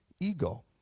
ego